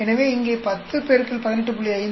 எனவே இங்கே 10 X 18